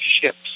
ships